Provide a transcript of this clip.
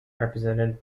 represented